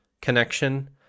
connection